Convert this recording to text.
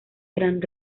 gran